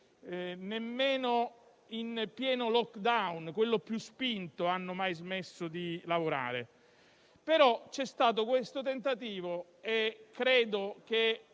nemmeno in pieno *lockdown*, quello più spinto, hanno mai smesso di lavorare. C'è però stato questo tentativo e credo che